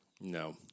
No